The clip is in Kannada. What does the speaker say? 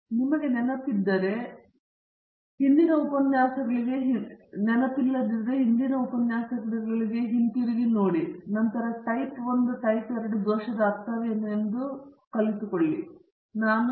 ಹಾಗಾಗಿ ನಿಮಗೆ ನೆನಪಿಲ್ಲದಿದ್ದರೆ ಹಿಂದಿನ ಉಪನ್ಯಾಸಗಳಿಗೆ ಹಿಂತಿರುಗಿ ನಂತರ ಟೈಪ್ ದೋಷದಿಂದ ಅರ್ಥವೇನು ಎಂದು ನಿಮಗೆ ತಿಳಿದಿದೆ ಎಂದು ನಾನು ಭಾವಿಸುತ್ತೇನೆ